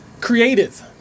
Creative